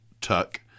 tuck